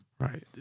Right